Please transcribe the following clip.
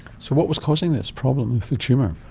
so what was causing this problem with the tumour?